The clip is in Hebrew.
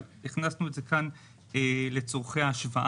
אבל הכנסנו את זה כאן לצורכי ההשוואה.